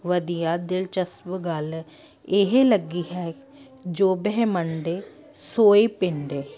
ਵਧੀਆ ਦਿਲਚਸਪ ਗੱਲ ਇਹ ਲੱਗੀ ਹੈ ਜੋ ਬ੍ਰਹਿਮੰਡੇ ਸੋਈ ਪਿੰਡੇ